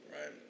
right